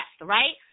right